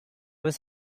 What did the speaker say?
was